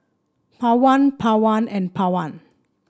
Pawan Pawan and Pawan